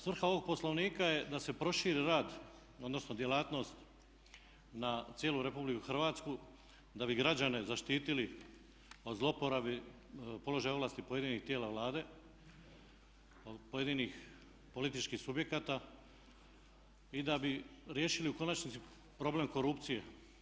Svrha ovog Poslovnika je da se proširi rad odnosno djelatnost na cijelu RH da bi građane zaštitili od zlouporabe položaja ovlasti pojedinih tijela Vlade, pojedinih političkih subjekata i da bi riješili u konačnici problem korupcije.